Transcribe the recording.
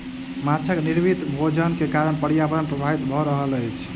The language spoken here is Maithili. माँछक निर्मित भोजन के कारण पर्यावरण प्रभावित भ रहल अछि